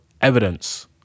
evidence